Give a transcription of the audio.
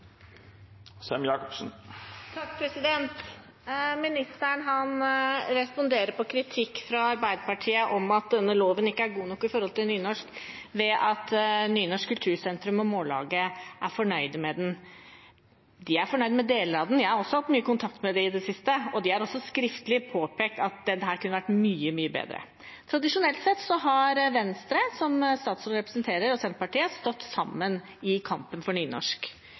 responderer på kritikk fra Arbeiderpartiet om at denne loven ikke er god nok når det gjelder nynorsk, med at Nynorsk kultursentrum og Mållaget er fornøyd med den. Ja, de er fornøyd med deler av den, men jeg har hatt mye kontakt med dem i det siste, og de har også skriftlig påpekt at den her kunne vært mye, mye bedre. Tradisjonelt sett har Venstre, som statsråden representerer, og Senterpartiet stått sammen i kampen for nynorsk.